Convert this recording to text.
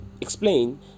explain